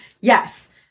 yes